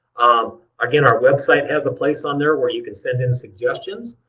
um again, our website has a place on there where you can send in suggestions.